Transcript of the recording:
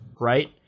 right